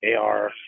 AR